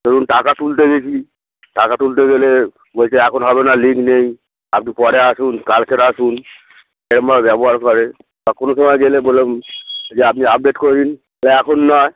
ধরুন টাকা তুলতে গিয়েছি টাকা তুলতে গেলে বলছে এখন হবে না লিংক নেই আপনি পরে আসুন কালকের আসুন এরকম ভাবে ব্যবহার করে বা কোনো সময় গেলে বললাম যে আপনি আপডেট করে দিন এ এখন নয়